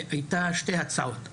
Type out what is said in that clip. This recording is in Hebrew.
היו שתי הצעות,